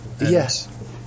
yes